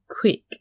quick